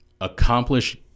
accomplish